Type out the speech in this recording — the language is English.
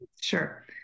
Sure